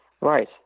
Right